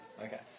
Okay